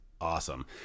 Awesome